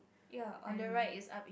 ya on the right is a